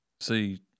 See